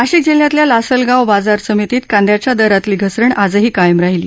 नाशिक जिल्ह्यातल्या लासलगाव बाजार समितीत कांद्याच्या दरातली घसरण आजही कायम राहीली